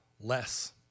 less